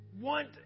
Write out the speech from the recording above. want